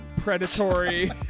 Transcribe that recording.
predatory